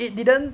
it didn't